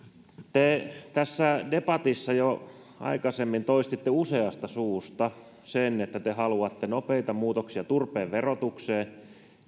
te tässä debatissa jo aikaisemmin toistitte useasta suusta että te haluatte nopeita muutoksia turpeen verotukseen